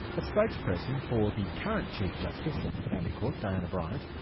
a spokesperson for the current chief justice of the family court, diana bryant,